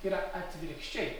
yra atvirkščiai